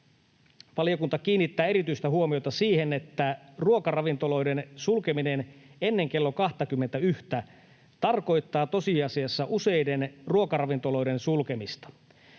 valiokunta kiinnittää erityistä huomiota siihen, että ruokaravintoloiden sulkeminen ennen kello 21:tä tarkoittaa tosiasiassa useiden ruokaravintoloiden sulkemista.